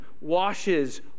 washes